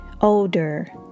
older